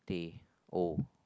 teh O